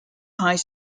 high